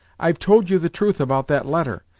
i've told you the truth about that letter,